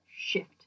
shift